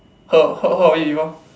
heard heard of it before